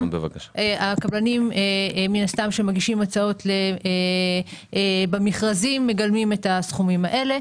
- הקבלנים שמגישים הצעות מגלמים את הסכומים האלה.